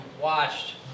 watched